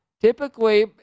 typically